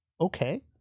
okay